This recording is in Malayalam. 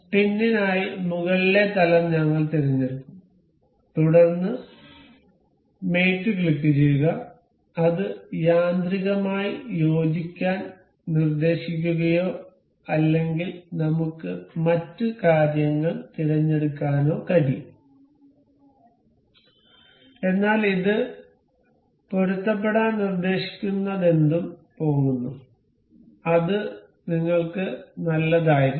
പിൻസിനായി മുകളിലെ തലം ഞങ്ങൾ തിരഞ്ഞെടുക്കും തുടർന്ന് മേറ്റ് ക്ലിക്കുചെയ്യുക അത് യാന്ത്രികമായി യോജിക്കാൻ നിർദ്ദേശിക്കുകയോ അല്ലെങ്കിൽ നമുക്ക് മറ്റ് കാര്യങ്ങൾ തിരഞ്ഞെടുക്കാനോ കഴിയും എന്നാൽ ഇത് പൊരുത്തപ്പെടാൻ നിർദ്ദേശിക്കുന്നതെന്തും പോകുന്നു അത് നിങ്ങൾക്ക് നല്ലതായിരിക്കണം